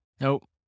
Nope